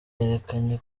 yerekanye